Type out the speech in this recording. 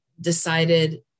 decided